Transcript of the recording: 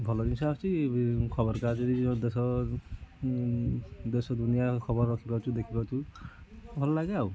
ଭଲ ଜିନିଷ ଆସୁଛି ବି ଖବରକାଗଜ ବି ଦେଶ ଦେଶ ଦୁନିଆ ଖବର ରଖିପାରୁଛୁ ଦେଖିପାରୁଛୁ ଭଲ ଲାଗେ ଆଉ